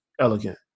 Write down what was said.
elegant